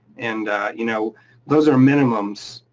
and you know those are minimums.